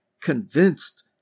convinced